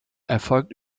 erfolgt